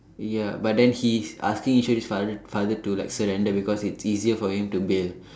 ya but then he is asking Eswari's father father to like surrender because it's easier for him to bail